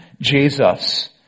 Jesus